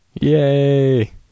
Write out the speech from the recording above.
Yay